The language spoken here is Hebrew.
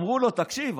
אמרו לו: תקשיב,